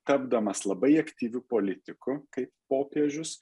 tapdamas labai aktyviu politiku kaip popiežius